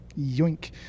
yoink